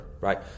right